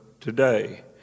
today